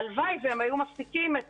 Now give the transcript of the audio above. הלוואי שהם היו מפסיקים את